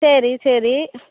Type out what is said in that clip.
சரி சரி